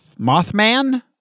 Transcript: Mothman